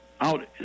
out